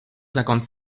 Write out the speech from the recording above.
cinquante